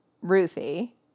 Ruthie